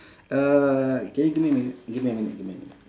uh can you give me a minute give me a minute give me a minute